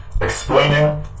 explaining